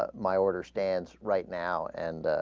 ah my order stands right now and ah.